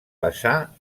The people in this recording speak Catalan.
passà